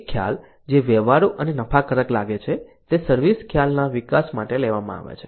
એક ખ્યાલ જે વ્યવહારુ અને નફાકારક લાગે છે તે સર્વિસ ખ્યાલના વિકાસ માટે લેવામાં આવે છે